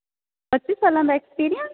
ਪੱਚੀ ਸਾਲਾਂ ਦਾ ਐਕਸਪੀਰੀਅੰਸ